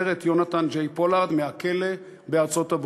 את יונתן ג'יי פולארד מהכלא בארצות-הברית.